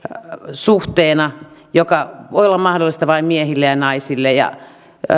suhteena joka voi olla mahdollinen vain miehille ja naisille